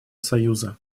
союза